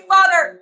Father